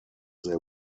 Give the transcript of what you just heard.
they